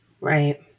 Right